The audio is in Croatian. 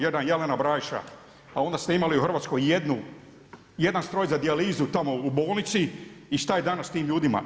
Jedan Jelena … A onda ste imali u Hrvatskoj jedan stroj za dijalizu tamo u bolnici i šta je danas s tim ljudima?